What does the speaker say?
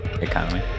Economy